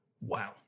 wow